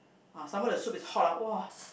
!wah! some more the soup is hot ah !wah!